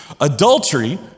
adultery